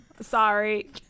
Sorry